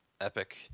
epic